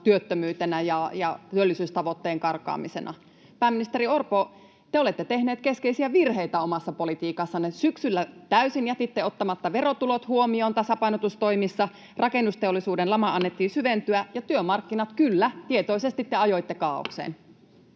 työttömyytenä ja työllisyystavoitteen karkaamisena. Pääministeri Orpo, te olette tehneet keskeisiä virheitä omassa politiikassanne. Syksyllä jätitte täysin ottamatta verotulot huomioon tasapainotustoimissa, rakennusteollisuuden laman annettiin syventyä ja työmarkkinat, kyllä, tietoisesti te ajoitte kaaokseen.